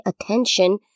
attention